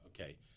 Okay